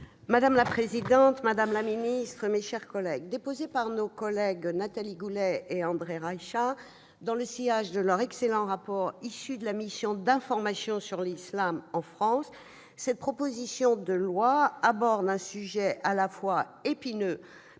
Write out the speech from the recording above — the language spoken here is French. Madame la présidente, madame la ministre, mes chers collègues, déposée par nos collègues Nathalie Goulet et André Reichardt pour faire suite à leur excellent rapport rédigé au nom de la mission d'information sur l'islam en France, la présente proposition de loi aborde un sujet à la fois épineux